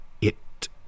It